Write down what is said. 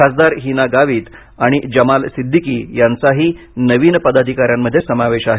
खासदार हीना गावित आणि जमाल सिद्दिकी यांचाही नवीन पदाधिका यांमध्ये समावेश आहे